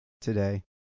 today